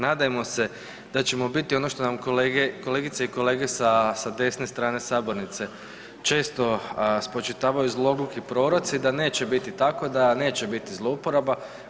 Nadajmo se da ćemo biti ono što nam kolegice i kolege sa desne strane sabornice često spočitavaju zloduhi proroci da neće biti tako, da neće biti zlouporaba.